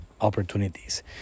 opportunities